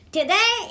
Today